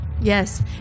Yes